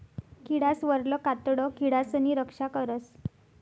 किडासवरलं कातडं किडासनी रक्षा करस